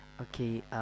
Okay